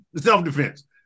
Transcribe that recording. Self-defense